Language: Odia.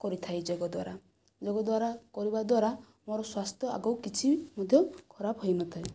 କରିଥାଏ ଯୋଗ ଦ୍ୱାରା ଯୋଗ ଦ୍ୱାରା କରିବା ଦ୍ୱାରା ମୋର ସ୍ୱାସ୍ଥ୍ୟ ଆଗକୁ କିଛି ମଧ୍ୟ ଖରାପ ହୋଇନଥାଏ